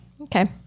Okay